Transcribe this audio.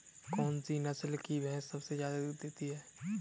कौन सी नस्ल की भैंस सबसे ज्यादा दूध देती है?